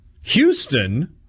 Houston